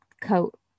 coat